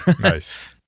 Nice